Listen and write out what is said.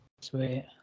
Sweet